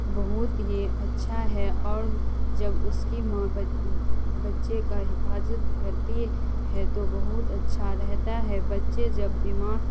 بہت ہی اچھا ہے اور جب اس کی ماں بچے کا حفاظت کرتی ہے تو بہت اچھا رہتا ہے بچے جب بیمار